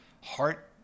heart